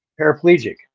paraplegic